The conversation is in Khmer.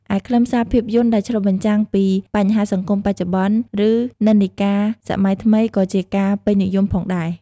ឯខ្លឹមសារភាពយន្តដែលឆ្លុះបញ្ចាំងពីបញ្ហាសង្គមបច្ចុប្បន្ន ឬនិន្នាការសម័យថ្មីក៏ជាការពេញនិយមផងដែរ។